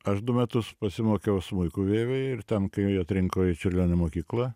aš du metus pasimokiau smuiku vievy ir ten kai atrinko į čiurlionio mokyklą